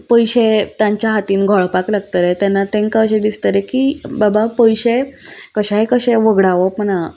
पयशे तांच्या हातांत घोळपाक लागतले तेन्ना तांकां अशें दिसतलें की बाबा पयशे कशाय कशे वगडावप ना